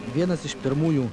vienas iš pirmųjų